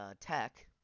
Tech